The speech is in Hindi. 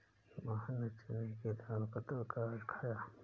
मोहन ने चने की दाल का तड़का आज खाया था